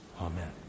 Amen